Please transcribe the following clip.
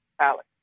Alex